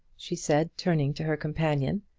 she said, turning to her companion,